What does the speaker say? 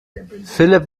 philipp